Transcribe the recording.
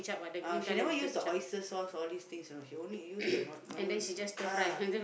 ah she never use the oyster sauce all these things you know she only use the no~ normal ah